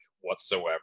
whatsoever